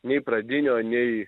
nei pradinio nei